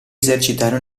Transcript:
esercitare